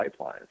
pipelines